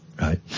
right